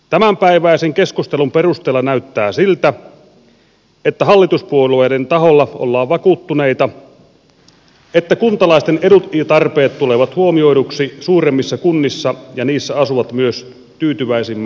tämänpäiväisen keskustelun perusteella näyttää siltä että hallituspuolueiden taholla ollaan vakuuttuneita että kuntalaisten edut ja tarpeet tulevat huomioiduiksi suuremmissa kunnissa ja niissä asuvat myös tyytyväisimmät asukkaat